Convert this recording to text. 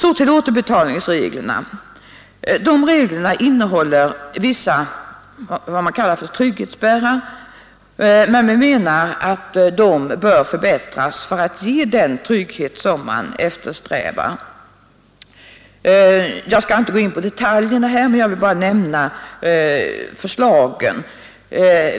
Återbetalningsreglerna innehåller vissa s.k. trygghetsspärrar, men vi anser att dessa bör förbättras för att ge den trygghet som man eftersträvar. Jag skall inte gå in på detaljerna men vill bara nämna förslagen.